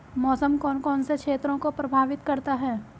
मौसम कौन कौन से क्षेत्रों को प्रभावित करता है?